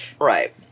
Right